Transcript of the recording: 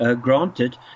granted